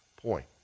point